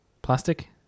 Plastic